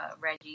Reggie